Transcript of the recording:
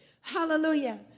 Hallelujah